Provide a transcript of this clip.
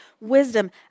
wisdom